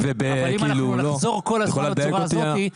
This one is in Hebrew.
אבל אם נחזור כל הזמן בצורה הזאת,